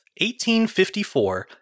1854